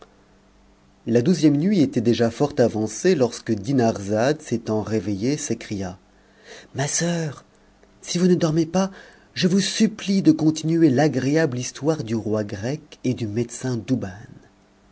la douzième nuit était déjà fort avancée lorsque dinarzade s'étant réveillée s'écria ma soeur si vous ne dormez pas je vous supplie de continuer l'agréable histoire du roi grec et du médecin douban